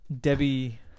Debbie